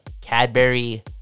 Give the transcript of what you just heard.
Cadbury